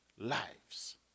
lives